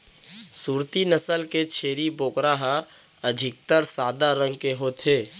सूरती नसल के छेरी बोकरा ह अधिकतर सादा रंग के होथे